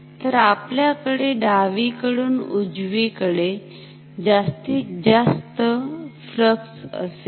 तर आपल्याकडे डावीकडून उजवीकडे जास्तीत जास्त फ्लक्स असेल